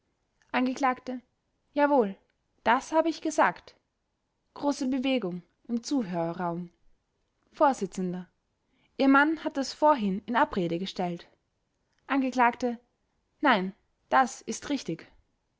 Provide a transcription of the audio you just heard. angekl jawohl das habe ich gesagt große bewegung im zuhörerraum vors ihr mann hat das vorhin in abrede gestellt angekl nein das ist richtig